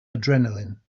adrenaline